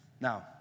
Now